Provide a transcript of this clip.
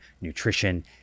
nutrition